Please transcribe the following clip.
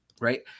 right